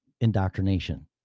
indoctrination